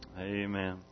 Amen